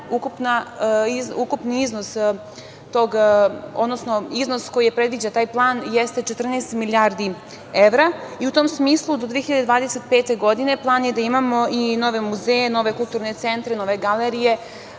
ukupni iznos koji predviđa taj plan jeste 14 milijardi evra i u tom smislu do 2025. godine plan je da imamo i nove muzeje, nove kulturne centre, nove galerije,